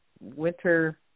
winter